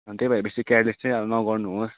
अन्त त्यही भएर बेसी केयरलेस चाहिँ अब नगर्नुहोस